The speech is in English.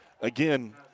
Again